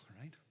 right